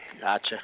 Gotcha